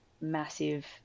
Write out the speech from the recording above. massive